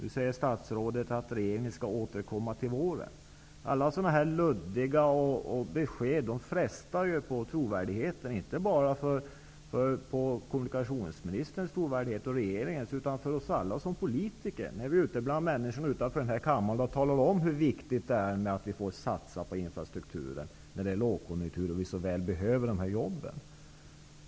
Nu säger statsrådet att regeringen skall återkomma till våren. Alla sådana luddiga besked frestar på trovärdigheten, inte bara på kommunikationsministerns och regeringens trovärdighet, utan också för oss alla som politiker. Vi är ute bland människor utanför denna kammare och talar om hur viktigt det är med att satsa på infrastrukturen när det är lågkonjunktur och vi så väl behöver dessa jobb.